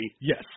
Yes